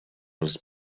les